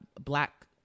Black